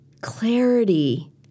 clarity